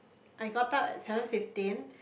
I got up at seven fifteen